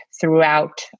throughout